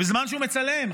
ובזמן שהוא מצלם,